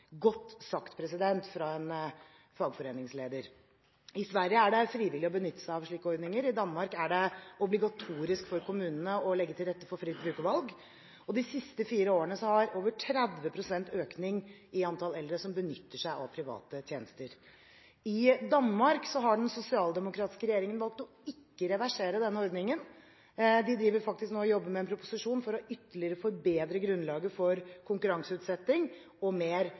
godt sagt av en fagforeningsleder. I Sverige er det frivillig å benytte seg av slike ordninger. I Danmark er det obligatorisk for kommunene å legge til rette for fritt brukervalg. De siste fire årene har det vært over 30 pst. økning i antall eldre som benytter seg av private tjenester. I Danmark har den sosialdemokratiske regjeringen valgt ikke å reversere denne ordningen. De jobber nå med en proposisjon for ytterligere å forbedre grunnlaget for konkurranseutsetting og mer